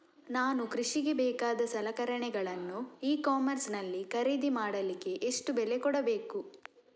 ನಾನು ಕೃಷಿಗೆ ಬೇಕಾದ ಸಲಕರಣೆಗಳನ್ನು ಇ ಕಾಮರ್ಸ್ ನಲ್ಲಿ ಖರೀದಿ ಮಾಡಲಿಕ್ಕೆ ಎಷ್ಟು ಬೆಲೆ ಕೊಡಬೇಕು?